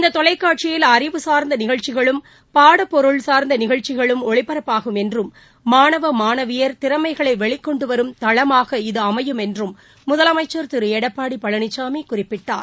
இந்த தொலைக்காட்சியில் அறிவுசார்ந்த நிகழ்ச்சிகளும் பாடப்பொருள் சார்ந்த நிகழ்ச்சிகளும் ஒளிபரப்பாகும் என்றும் மாணவ மாணவியர் திறமைகளை வெளிக்கொண்டுவரும் தளமாக இது அமையும் என்றும் முதலமைச்சர் திரு எடப்பாடி பழனிசாமி குறிப்பிட்டார்